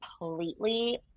Completely